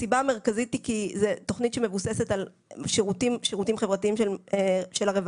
הסיבה המרכזית היא כי זו תוכנית שמבוססת על שירותים חברתיים של הרווחה.